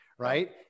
right